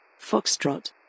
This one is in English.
Foxtrot